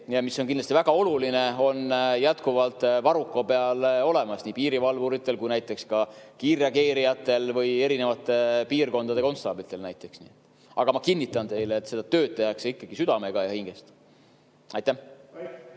mis on kindlasti väga oluline, on jätkuvalt varruka peal olemas nii piirivalvuritel kui näiteks ka kiirreageerijatel ja erinevate piirkondade konstaablitel. Aga ma kinnitan teile, et seda tööd tehakse südamega ja hingest. Aitäh!